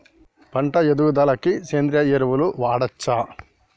పంట ఎదుగుదలకి సేంద్రీయ ఎరువులు వాడచ్చా?